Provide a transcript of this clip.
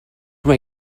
mae